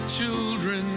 Children